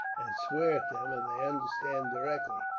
and swear at them, and they understand directly.